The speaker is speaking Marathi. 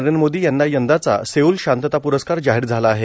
नरेंद्र मोदी यांना यंदाचा सेऊल शांतता प्रस्कार जाहीर झाला आहे